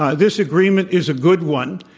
ah this agreement is a good one.